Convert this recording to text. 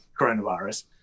coronavirus